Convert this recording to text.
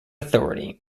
authority